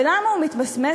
ולמה הוא מתמסמס?